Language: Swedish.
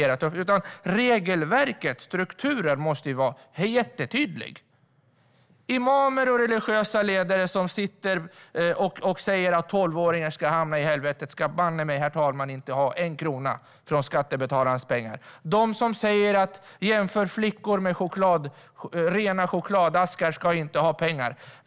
Regelverken, strukturerna, måste vara jättetydliga. Imamer och religiösa ledare som säger att tolvåringar ska hamna i helvetet ska banne mig inte ha en krona av skattebetalarnas pengar, herr talman! De som jämför flickor med rena chokladaskar ska inte ha pengar.